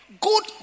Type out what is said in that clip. Good